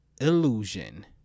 Illusion